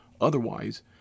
Otherwise